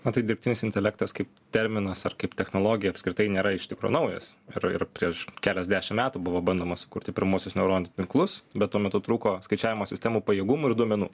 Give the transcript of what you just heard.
na tai dirbtinis intelektas kaip terminas ar kaip technologija apskritai nėra iš tikro naujas ir ir prieš keliasdešimt metų buvo bandoma sukurti pirmuosius neuronų tinklus bet tuo metu trūko skaičiavimo sistemų pajėgumų ir duomenų